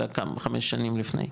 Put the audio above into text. אלא חמש שנים לפני,